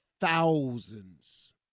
thousands